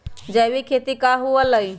जैविक खेती की हुआ लाई?